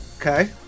Okay